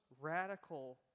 radical